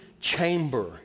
chamber